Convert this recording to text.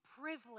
privilege